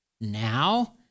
now